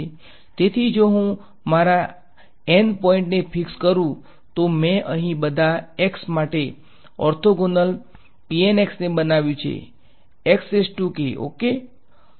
તેથી જો હું મારા N ને ફીક્સ કરું તો મેં અહીં બધા x માટે ઓર્થોગોનલ ને બનાવ્યું છે ઓકે